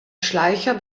schleicher